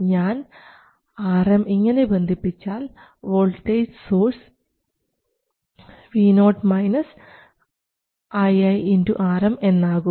ഞാൻ Rm ഇങ്ങനെ ബന്ധിപ്പിച്ചാൽ വോൾട്ടേജ് Vo ii Rm എന്നാകും